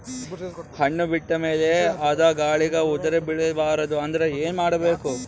ಹಣ್ಣು ಬಿಟ್ಟ ಮೇಲೆ ಅದ ಗಾಳಿಗ ಉದರಿಬೀಳಬಾರದು ಅಂದ್ರ ಏನ ಮಾಡಬೇಕು?